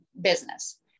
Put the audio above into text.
business